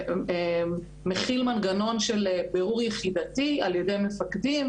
מחיל מנגנון של בירור יחידתי על ידי המפקדים